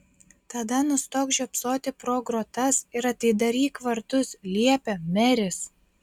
tada nustok žiopsoti pro grotas ir atidaryk vartus liepė meris